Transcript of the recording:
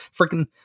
Freaking